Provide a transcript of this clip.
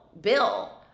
bill